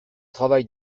travail